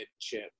chip